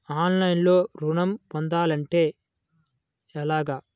ఆన్లైన్లో ఋణం పొందాలంటే ఎలాగా?